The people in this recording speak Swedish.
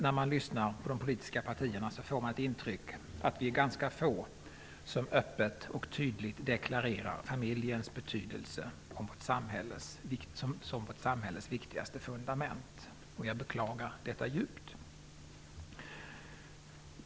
När man lyssnar på de politiska partierna får man ibland ett intryck av att vi är ganska få som öppet och tydligt deklarerar familjens betydelse som vårt samhälles viktigaste fundament. Jag beklagar detta djupt.